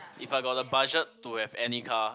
if I got the budget to have any car